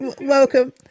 Welcome